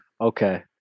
Okay